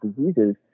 diseases